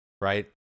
right